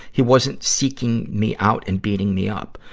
he wasn't seeking me out and beating me up.